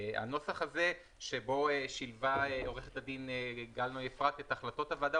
הנוסח הזה שבו שילבה עורכת הדין גל נוי אפרת את החלטות הוועדה,